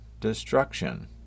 destruction